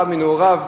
רע מנעוריו,